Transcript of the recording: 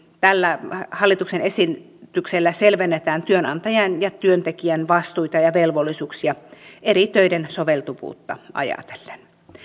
tällä hallituksen esityksellä selvennetään työnantajan ja työntekijän vastuita ja velvollisuuksia eri töiden soveltuvuutta ajatellen